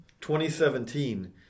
2017